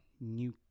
new